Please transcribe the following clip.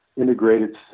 integrated